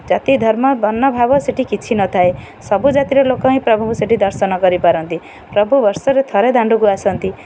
ଜାତି ଧର୍ମ ବର୍ଣ୍ଣ ଭାବ ସେଇଠି କିଛି ନଥାଏ ସବୁ ଜାତିର ଲୋକ ହିଁ ପ୍ରଭୁଙ୍କୁ ସେଇଠି ଦର୍ଶନ କରିପାରନ୍ତି ପ୍ରଭୁ ବର୍ଷରେ ଥରେ ଦାଣ୍ଡୁକୁ ଆସନ୍ତି